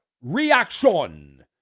reaction